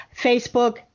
Facebook